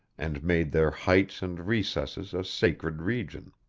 and made their heights and recesses a sacred region.